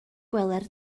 gweler